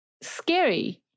scary